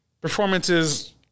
Performances